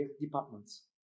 departments